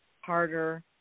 harder